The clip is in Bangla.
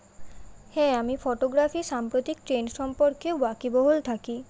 হ্যাঁ আমি ফটোগ্রাফি সাম্প্রতিক ট্রেন্ড সম্পর্কে ওয়াকিবহুল থাকি